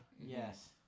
Yes